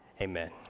amen